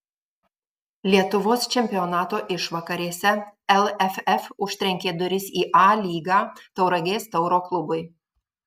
lietuvos čempionato išvakarėse lff užtrenkė duris į a lygą tauragės tauro klubui